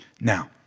Now